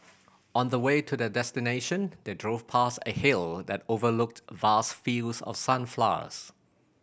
on the way to their destination they drove past a hill that overlooked vast fields of sunflowers